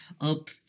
up